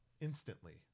Instantly